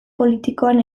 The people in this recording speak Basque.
politikoan